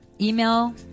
email